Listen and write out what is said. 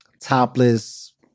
topless